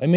Att